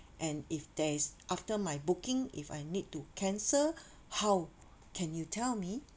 and if there's after my booking if I need to cancel how can you tell me